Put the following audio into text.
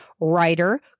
writer